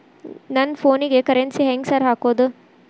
ನನ್ ಫೋನಿಗೆ ಕರೆನ್ಸಿ ಹೆಂಗ್ ಸಾರ್ ಹಾಕೋದ್?